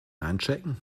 einchecken